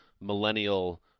millennial